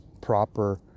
proper